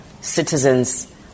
citizens